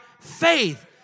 faith